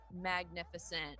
magnificent